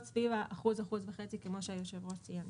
כ-1%, 1.5%. הסתכלנו